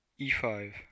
e5